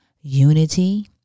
unity